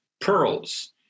pearls